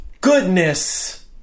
goodness